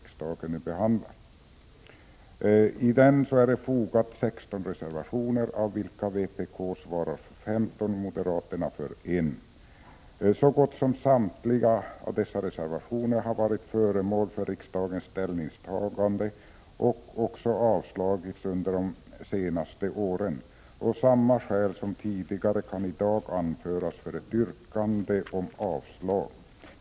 Vid detta betänkande har fogats 16 reservationer, av vilka vpk svarar för 15 och moderaterna för 1. Så gott som samtliga av dessa reservationer har varit föremål för riksdagens ställningstagande och även avslagits under de senaste åren. Samma skäl som tidigare kan i dag anföras för ett yrkande om avslag.